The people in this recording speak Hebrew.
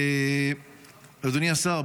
אדוני השר,